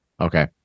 Okay